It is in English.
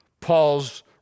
Paul's